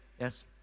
Yes